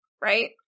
right